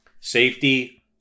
safety